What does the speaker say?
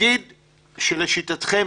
נגיד שלשיטתכם,